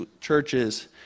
churches